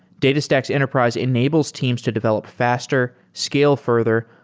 datastax enterprise enables teams to develop faster, scale further,